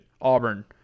Auburn